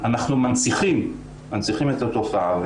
אנחנו מנציחים את התופעה.